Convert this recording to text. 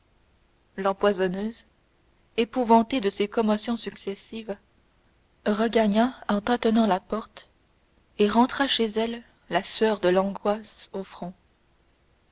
l'empoisonneuse épouvantée de ces commotions successives regagna en tâtonnant la porte et rentra chez elle la sueur de l'angoisse au front